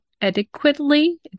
adequately